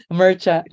mercha